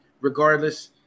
regardless